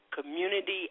community